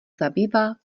zabývá